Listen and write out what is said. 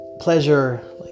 pleasure